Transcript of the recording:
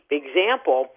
example